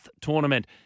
tournament